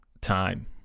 Time